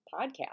podcast